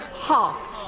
half